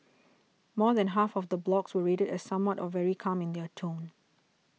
more than half of the blogs were rated as somewhat or very calm in their tone